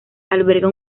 alberga